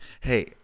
Hey